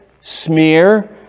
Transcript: smear